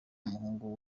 umuhungu